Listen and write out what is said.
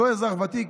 אותם אזרחים ותיקים,